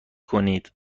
کنید